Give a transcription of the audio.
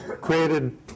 created